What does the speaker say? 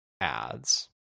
ads